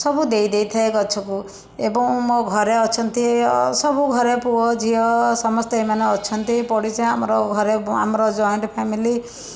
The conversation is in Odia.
ସବୁ ଦେଇ ଦେଇଥାଏ ଗଛକୁ ଏବଂ ମୋ ଘରେ ଅଛନ୍ତି ସବୁ ଘରେ ପୁଅ ଝିଅ ସମସ୍ତେ ଏମାନେ ଅଛନ୍ତି ପଡ଼ିଶା ଆମର ଘରେ ଆମର ଯଏଣ୍ଟ ଫ୍ୟାମିଲି